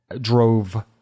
drove